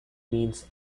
means